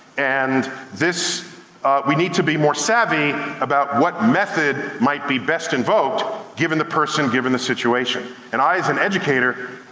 and we need to be more savvy about what method might be best invoked given the person, given the situation. and i, as an educator,